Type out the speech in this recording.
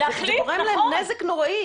זה גורם להם נזק נוראי.